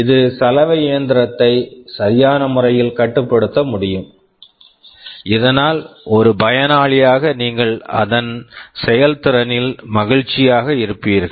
இது சலவை இயந்திரத்தை சரியான முறையில் கட்டுப்படுத்த முடியும் இதனால் ஒரு பயனாளியாக நீங்கள் அதன் செயல்திறனில் மகிழ்ச்சியாக இருப்பீர்கள்